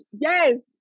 Yes